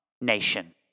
nation